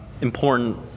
important